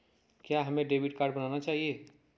क्या हमें debit card बनाना चाहिए?